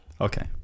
Okay